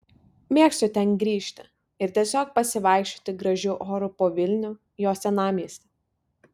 mėgstu ten grįžti ir tiesiog pasivaikščioti gražiu oru po vilnių jo senamiestį